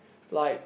like